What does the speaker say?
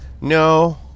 No